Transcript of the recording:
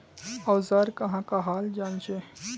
औजार कहाँ का हाल जांचें?